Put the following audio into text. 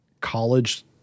college